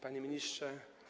Panie Ministrze!